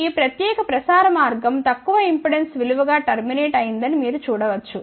ఈ ప్రత్యేక ప్రసార మార్గం తక్కువ ఇంపెడెన్స్ విలువ గా టర్మినేట్ అయిందని మీరు చూడ వచ్చు